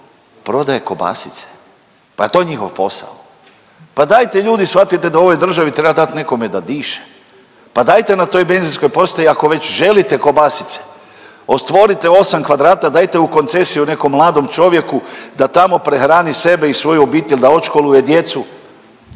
Prodaje kobasice. Pa jel' to njihov posao? Pa dajte ljudi shvatite da u ovoj državi treba dati nekome da diše. Pa dajte na toj benzinskoj postaji ako već želite kobasice otvorite 8 kvadrata, dajte u koncesiju nekom mladom čovjeku da tamo prehrani sebe i svoju obitelj, da odškoluje djecu